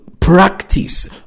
practice